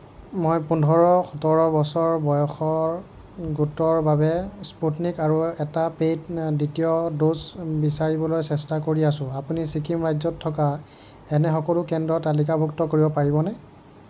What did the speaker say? মই পোন্ধৰ সোতৰ বছৰ বয়সৰ গোটৰ বাবে স্পুটনিক এটা পে'ইড দ্বিতীয় ড'জ বিচাৰিবলৈ চেষ্টা কৰি আছোঁ আপুনি ছিকিম ৰাজ্যত থকা এনে সকলো কেন্দ্ৰ তালিকাভুক্ত কৰিব পাৰিবনে